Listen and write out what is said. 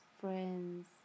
friends